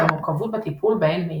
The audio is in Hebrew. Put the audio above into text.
והמורכבות בטיפול בהן מאידך.